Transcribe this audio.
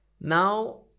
Now